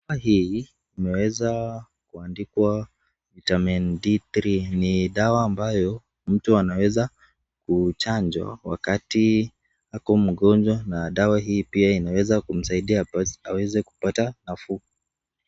Dawa hii imeweza kuandikwa Vitamin D3 ni dawa ambayo mtu anaweza kuchanjwa wakati ako mgonjwa na dawa hii pia inaweza kumsaidia aweze kupata nafuu.